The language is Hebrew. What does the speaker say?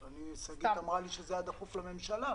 שגית אמרה לי שזה היה דחוף לממשלה.